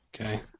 Okay